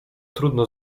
trudno